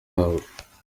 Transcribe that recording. bazahabwa